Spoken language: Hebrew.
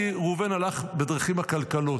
כי ראובן הלך בדרכים עקלקלות.